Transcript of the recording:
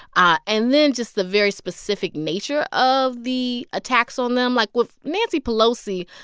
ah and then just the very specific nature of the attacks on them like, with nancy pelosi,